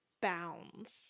bounds